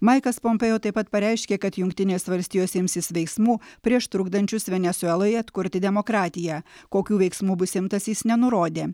maikas pompėo taip pat pareiškė kad jungtinės valstijos imsis veiksmų prieš trukdančius venesueloje atkurti demokratiją kokių veiksmų bus imtasi jis nenurodė